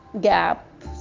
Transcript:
gap